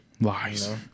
Lies